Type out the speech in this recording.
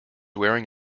wearing